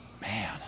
man